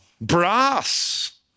Brass